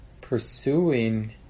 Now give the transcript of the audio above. pursuing